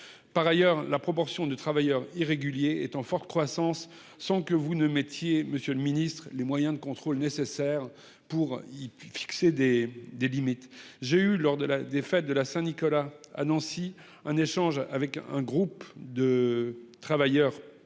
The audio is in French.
Par ailleurs, la proportion de travailleurs irréguliers est en forte croissance sans que vous ne mettiez Monsieur le Ministre, les moyens de contrôle nécessaires pour y fixer des des limites. J'ai eu lors de la défaite de la Saint-Nicolas, à Nancy un échange avec un groupe de travailleurs pauvres